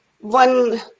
one